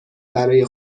برای